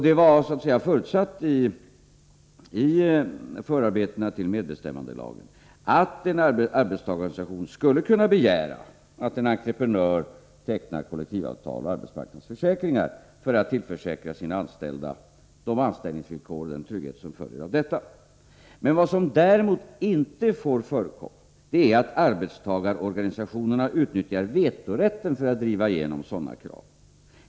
Det var så att säga förutsatt i förarbetena till medbestämmandelagen att en arbetstagarorganisation skulle kunna begära att en entreprenör tecknar kollektivavtal och arbetsmarknadsförsäkringar för att tillförsäkra sina anställda de anställningsvillkor och den trygghet som följer av detta. Vad som däremot inte får förekomma är att arbetstagarorganisationerna utnyttjar vetorätten för att driva igenom sådana krav.